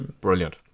Brilliant